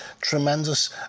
Tremendous